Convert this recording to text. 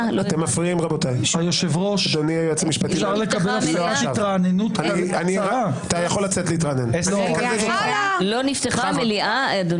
--- אדוני היועץ המשפטי, אני חוזר למספרים.